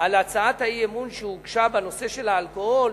על הצעת האי-אמון שהוגשה בנושא של האלכוהול,